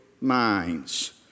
minds